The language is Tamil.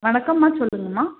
வணக்கம்மா சொல்லுங்கம்மா